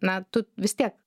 na tu vis tiek